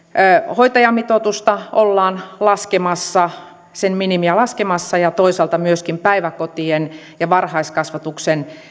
hoitajamitoitusta ollaan laskemassa sen minimiä laskemassa ja toisaalta myöskin päiväkotien ja varhaiskasvatuksen